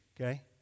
Okay